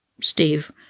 Steve